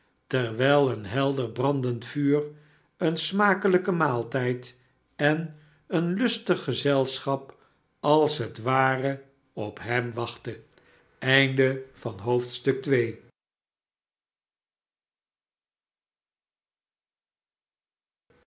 terwijl een helder brandend vuur een smakelijke maaltijd en een lustig gezelschap als het ware op hem wachtten